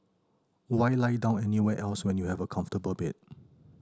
why lie down anywhere else when you have a comfortable bed